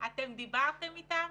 ואם יידעתם אותם,